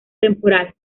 temporal